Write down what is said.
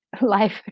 life